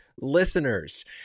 listeners